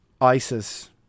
ISIS